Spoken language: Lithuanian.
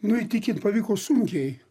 nu įtikint pavyko sunkiai